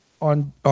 on